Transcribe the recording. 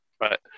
right